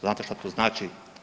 Znate šta to znači?